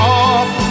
off